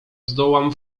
zdołam